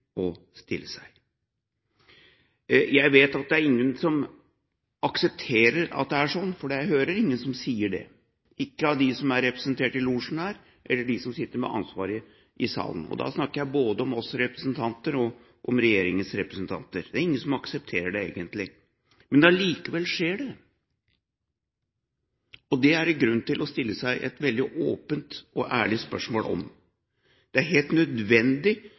stille seg. Det er ingen som aksepterer at det er sånn. Jeg hører ingen som sier det, ikke av dem som er representert i losjen her, eller av dem som sitter med ansvaret i salen. Da snakker jeg både om oss representanter og om regjeringens representanter. Det er ingen som aksepterer det egentlig. Men allikevel skjer det, og det er det grunn til å stille seg et veldig åpent og ærlig spørsmål om. Det er helt nødvendig,